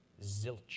Zilch